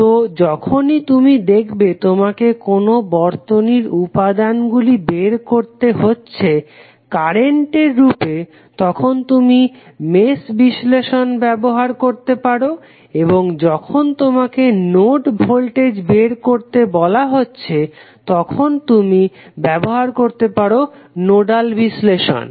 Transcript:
তো যখনই তুমি দেখবে তোমাকে কোনো বর্তনীর উপাদানগুলি বের করতে হচ্ছে কারেন্টের রূপে তখন তুমি মেশ বিশ্লেষণ ব্যবহার করতে পারো এবং যখন তোমাকে নোড ভোল্টেজ বের করতে বলা হচ্ছে তখন তুমি ব্যবহার করতে পারো নোডাল বিশ্লেষণ